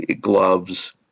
gloves